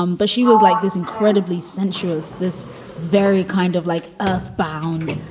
um but she was like this incredibly sensuous, this very kind of like earthbound.